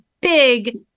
big